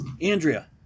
Andrea